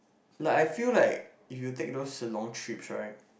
like I feel like if you take those long trips right